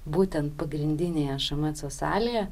būtent pagrindinėje šmc salėje